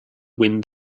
wind